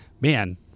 man